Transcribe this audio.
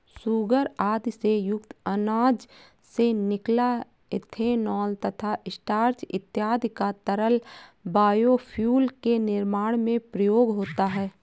sugar आदि से युक्त अनाज से निकला इथेनॉल तथा स्टार्च इत्यादि का तरल बायोफ्यूल के निर्माण में प्रयोग होता है